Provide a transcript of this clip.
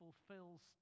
fulfills